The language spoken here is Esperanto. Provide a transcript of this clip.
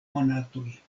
monatoj